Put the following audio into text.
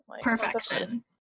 Perfection